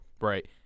Right